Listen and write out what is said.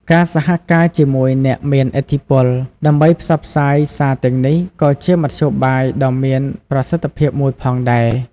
ការសហការជាមួយអ្នកមានឥទ្ធិពលដើម្បីផ្សព្វផ្សាយសារទាំងនេះក៏ជាមធ្យោបាយដ៏មានប្រសិទ្ធភាពមួយផងដែរ។